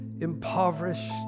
impoverished